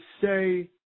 say